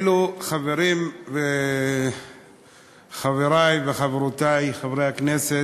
אלו, חברים, חברי וחברותי חברי הכנסת,